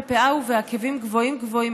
בפאה ובעקבים גבוהים גבוהים,